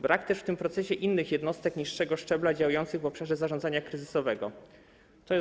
Brak też w tym procesie innych jednostek niższego szczebla działających w obszarze zarządzania kryzysowego, tj.